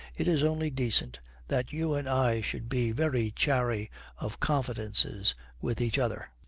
it is only decent that you and i should be very chary of confidences with each other